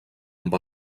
amb